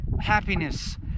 happiness